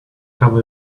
tell